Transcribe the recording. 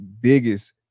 biggest